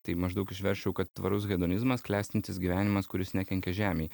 tai maždaug išversčiau kad tvarus hedonizmas klestintis gyvenimas kuris nekenkia žemei